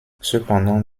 cependant